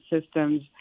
systems